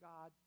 God